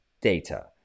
data